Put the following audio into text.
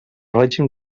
règim